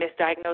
misdiagnosed